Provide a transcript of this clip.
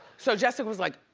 so jessica was like,